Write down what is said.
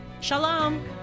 Shalom